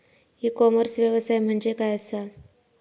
E commerce व्यवसाय म्हणजे काय असा?